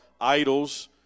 idols